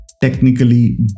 technically